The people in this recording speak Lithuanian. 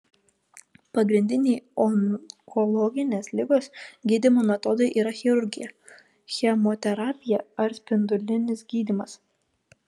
pagrindiniai onkologinės ligos gydymo metodai yra chirurgija chemoterapija ar spindulinis gydymas